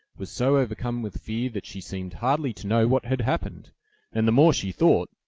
was so overcome with fear that she seemed hardly to know what had happened and the more she thought,